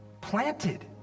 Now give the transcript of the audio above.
planted